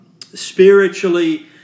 spiritually